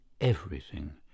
everything